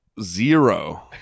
Zero